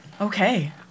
Okay